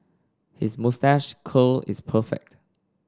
his moustache curl is perfect